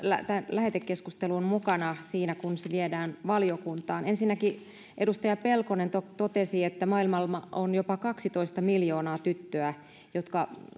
lähetekeskustelun mukana siinä kun se viedään valiokuntaan ensinnäkin edustaja pelkonen totesi että maailmalla on jopa kaksitoista miljoonaa tyttöä jotka